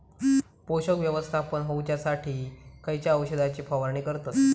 पोषक व्यवस्थापन होऊच्यासाठी खयच्या औषधाची फवारणी करतत?